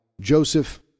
Joseph